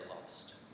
lost